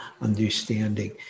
understanding